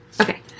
Okay